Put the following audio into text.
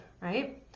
right